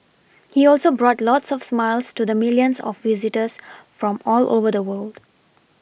he also brought lots of smiles to the milLions of visitors from all over the world